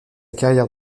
carrière